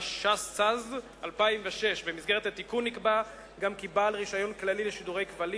התשס"ז 2006. במסגרת התיקון נקבע גם כי בעל רשיון כללי לשידורי כבלים